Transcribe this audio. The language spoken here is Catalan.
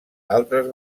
altres